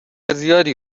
زیادی